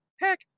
heck